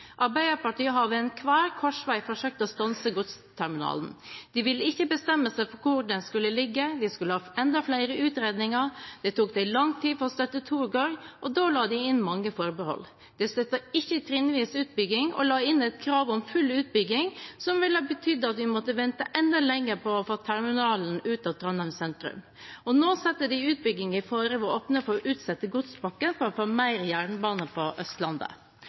Arbeiderpartiet har ved hver korsvei forsøkt å stanse godsterminalen. De ville ikke bestemme seg for hvor den skulle ligge, og skulle ha enda flere utredninger, det tok dem lang tid å støtte Torgård, og da la de inn mange forbehold. De støttet ikke trinnvis utbygging og la inn et krav om full utbygging som ville betydd at vi måtte vente enda lenger på å få terminalen ut av Trondheim sentrum. Nå setter de utbyggingen i fare ved å åpne for å utsette godspakken for å få mer jernbane på Østlandet.